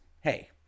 Hey